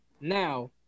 Now